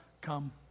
come